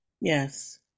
Yes